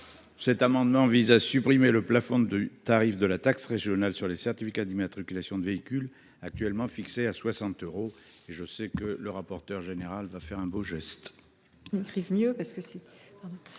Cet amendement vise à supprimer le plafond du tarif de la taxe régionale sur les certificats d’immatriculation de véhicules, actuellement fixé à 60 euros. Je sais que le rapporteur général fera un beau geste.